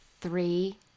Three